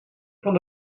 van